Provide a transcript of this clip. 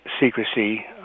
secrecy